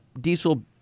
Diesel